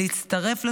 להצטרף לשירות,